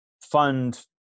fund